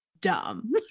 dumb